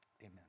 amen